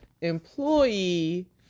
employee